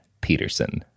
Peterson